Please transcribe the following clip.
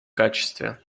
качестве